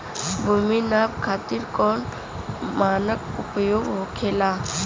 भूमि नाप खातिर कौन मानक उपयोग होखेला?